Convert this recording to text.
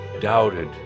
doubted